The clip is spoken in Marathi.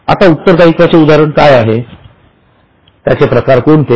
आता उत्तरदायित्वाचे उदाहरण काय आणि त्याचे प्रकार कोणते